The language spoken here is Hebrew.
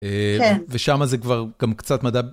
ושמה זה כבר גם קצת מדע.